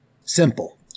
Simple